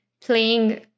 playing